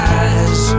eyes